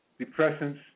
depressants